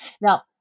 Now